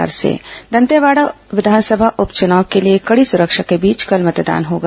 दंतेवाड़ा उप चुनाव दंतेवाड़ा विधानसभा उप चुनाव के लिए कड़ी सुरक्षा के बीच कल मतदान होगा